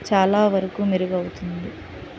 చాలా వరకు మెరుగవుతుంది